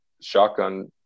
shotgun